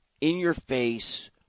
in-your-face